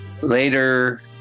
later